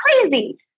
crazy